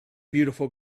beautiful